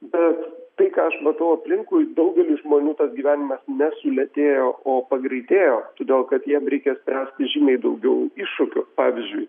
bet tai ką aš matau aplinkui daugeliui žmonių tas gyvenimas ne sulėtėjo o pagreitėjo todėl kad jiem reikia spręsti žymiai daugiau iššūkių pavyzdžiui